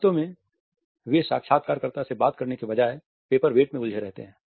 वास्तव में वे साक्षात्कार कर्ता से बात करने के बजाय पेपर वेट में उलझे रहते हैं